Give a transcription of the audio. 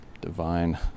divine